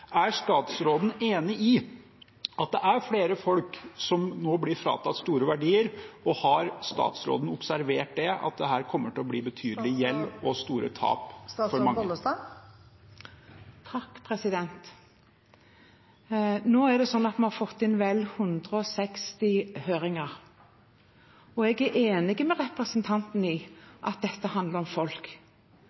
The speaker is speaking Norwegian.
Er statsråden enig i at det er flere folk som nå blir fratatt store verdier? Og har statsråden observert at det her kommer til å bli betydelig gjeld og store tap for mange? Nå er det slik at vi har fått inn vel 160 høringssvar. Jeg er enig med representanten i at dette handler om folk.